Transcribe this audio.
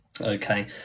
okay